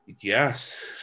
yes